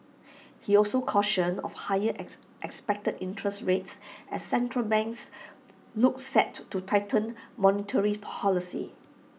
he also cautioned of higher ex expected interests rates as central banks look set to to tighten monetary policy